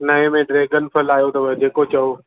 नएं में ड्रैगन फलु आयो अथव जेको चओ